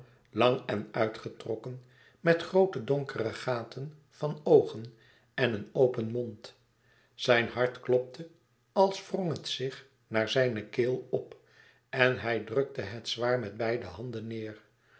lang en uitgetrokken met groote donkere gaten van oogen en een open mond zijn hart klopte als wrong het zich naar zijne keel op en hij drukte het zwaar met beide handen neêr